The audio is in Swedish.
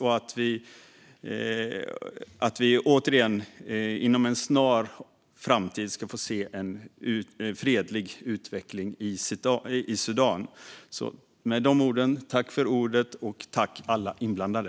Jag hoppas att vi återigen och inom en snar framtid ska få se en fredlig utveckling i Sudan. Med detta vill jag även tacka alla inblandade.